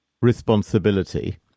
responsibility